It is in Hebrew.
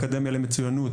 אקדמיה למצוינות,